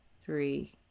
three